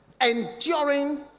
enduring